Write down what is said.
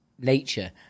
nature